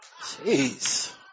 Jeez